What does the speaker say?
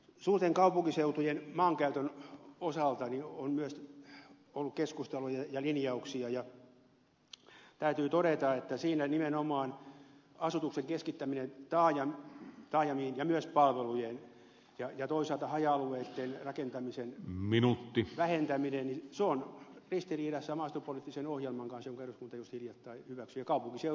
suurten kaupunkiseutujen maankäytön osalta on myös ollut keskusteluja ja linjauksia ja täytyy todeta että siinä nimenomaan asutuksen ja myös palvelujen keskittäminen taajamiin ja toisaalta haja alueitten rakentamisen vähentäminen on ristiriidassa maaseutupoliittisen ohjelman kanssa jonka eduskunta juuri hiljattain hyväksyi